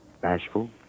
Bashful